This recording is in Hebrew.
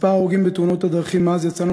מספר ההרוגים בתאונות הדרכים מאז יצאנו